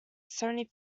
seventy